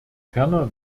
ferner